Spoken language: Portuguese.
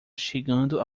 chegando